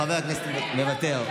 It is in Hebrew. חבר הכנסת חילי טרופר,